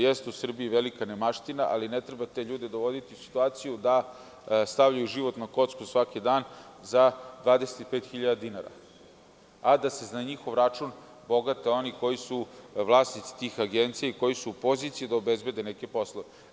Jeste u Srbiji velika nemaština, ali ne treba te ljude dovoditi u situaciju da stavljaju život na kocku svaki dan za 25 hiljada dinara a da se za njihov račun bogate oni koji su vlasnici tih agencija i koji su u poziciji da obezbede neke poslove.